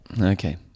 Okay